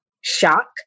shock